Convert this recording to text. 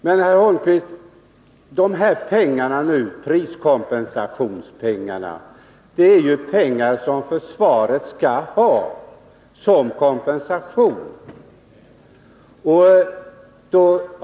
Men, herr Holmqvist, priskompensationspengarna är ju pengar som försvaret skall ha som kompensation.